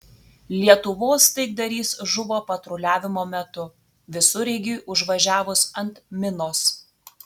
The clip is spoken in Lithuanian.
lietuvos taikdarys žuvo patruliavimo metu visureigiui užvažiavus ant minos